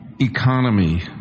economy